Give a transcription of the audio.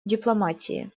дипломатии